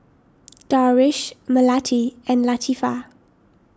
Darwish Melati and Latifa